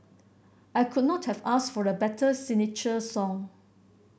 I could not have asked for a better signature song